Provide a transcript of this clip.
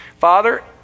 Father